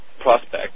Prospect